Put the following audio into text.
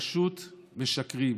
פשוט משקרים.